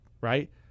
right